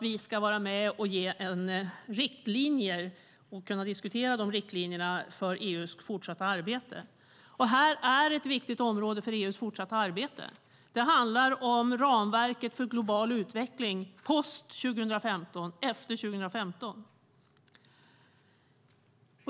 Vi ska vara med och ge riktlinjer och kunna diskutera dessa riktlinjer för EU:s fortsatta arbete. Detta är ett viktigt område för EU:s fortsatta arbete. Det handlar om ramverket för global utveckling post-2015, efter 2015.